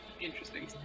interesting